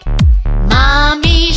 Mommy